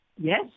Yes